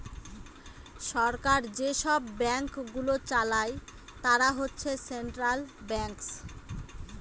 সরকার যেসব ব্যাঙ্কগুলো চালায় তারা হচ্ছে সেন্ট্রাল ব্যাঙ্কস